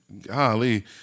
golly